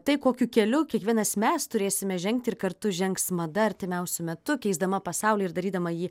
tai kokiu keliu kiekvienas mes turėsime žengti ir kartu žengs mada artimiausiu metu keisdama pasaulį ir darydama jį